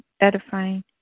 edifying